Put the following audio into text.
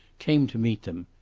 came to meet them.